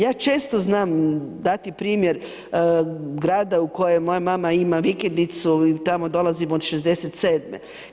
Ja često znam dati primjer grada u kojem moja mama ima vikendicu, tamo dolazim od 67-me.